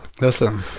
Listen